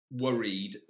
worried